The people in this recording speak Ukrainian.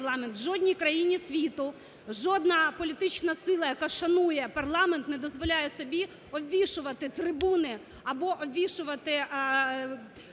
в жодній країні світу жодна політична сила, яка шанує парламент, не дозволяє собі обвішувати трибуни або обвішувати